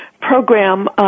program